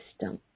system